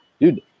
dude